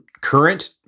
current